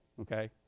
Okay